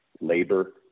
labor